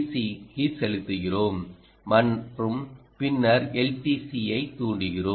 சிக்கு உட்செலுத்துகிறோம் மற்றும் பின்னர் LTC ஐத் தூண்டுகறோம்